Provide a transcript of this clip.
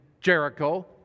Jericho